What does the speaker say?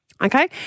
Okay